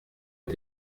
est